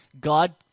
God